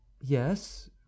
Yes